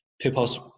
People's